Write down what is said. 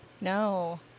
No